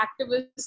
activists